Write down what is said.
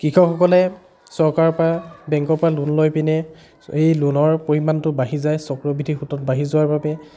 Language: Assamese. কৃষকসকলে চৰকাৰৰ পৰা বেংকৰ পৰা লোন লৈ পিনে এই লোনৰ পৰিমাণটো বাঢ়ি যায় চক্ৰবৃদ্ধি সূতত বাঢ়ি যোৱাৰ বাবে